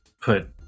put